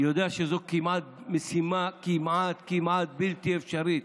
יודע שזו משימה כמעט כמעט בלתי אפשרית.